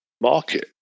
market